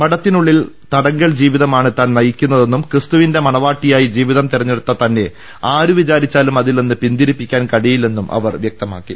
മഠത്തിനുള്ളിൽ തടങ്കൽ ജീവിതമാണ് താൻ നയിക്കുന്നതെന്നും ക്രിസ്തുവിന്റെ മണവാ ട്ടിയായി ജീവിതം തെരഞ്ഞെടുത്ത തന്നെ ആരുവിചാരിച്ചാലും അതിൽനിന്ന് പിന്തിരിപ്പിക്കാൻ കഴിയില്ലെന്നും അവർ വൃക്തമാക്കി